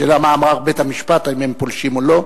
השאלה מה אמר בית-המשפט, האם הם פולשים או לא.